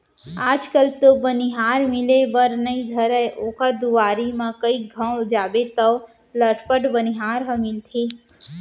आज कल तो बनिहार मिले बर नइ धरय ओकर दुवारी म कइ घौं जाबे तौ लटपट बनिहार ह मिलथे